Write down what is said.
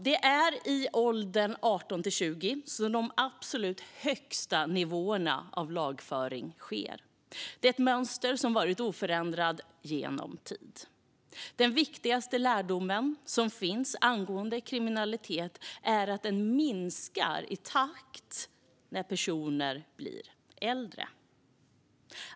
Det är i åldern 18-20 som de absolut högsta nivåerna av lagföring sker; detta är ett mönster som varit oförändrat under en längre tid. Den viktigaste lärdom som finns angående kriminalitet är att den minskar i takt med att personer blir äldre.